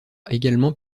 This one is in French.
également